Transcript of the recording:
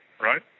Right